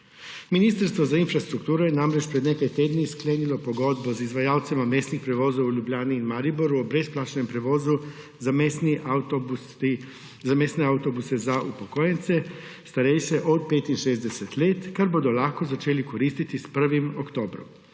Ministrstvo za infrastrukturo je namreč pred nekaj tedni sklenilo pogodbo z izvajalcema mestnih prevozov v Ljubljani in Mariboru o brezplačnem prevozu za mestne avtobuse za upokojence, starejše od 65 let, kar bodo lahko začeli koristiti s 1. oktobrom.